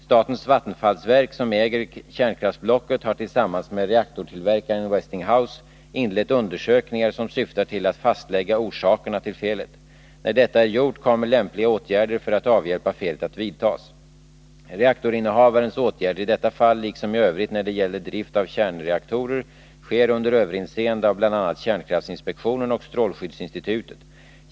Statens vattenfallsverk, som äger kärnkraftsblocket, har tillsammans med reaktortillverkaren Westinghouse inlett undersökningar som syftar till att fastlägga orsakerna till felet. När detta är gjort kommer lämpliga åtgärder för att avhjälpa felet att vidtas. Reaktorinnehavarens åtgärder i detta fall, liksom i Övrigt när det gäller drift av kärnreaktorer, sker under överinseende av bl.a. kärnkraftinspektionen och strålskyddsinstitutet.